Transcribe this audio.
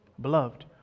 Beloved